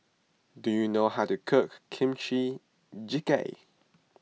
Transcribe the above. do you know how to cook Kimchi Jjigae